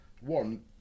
one